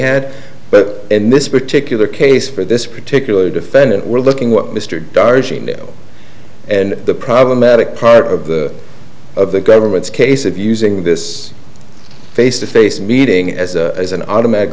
had but in this particular case for this particular defendant were looking what mr darshini and the problematic part of the of the government's case of using this face to face meeting as an automatic